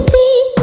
me